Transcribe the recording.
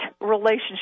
relationship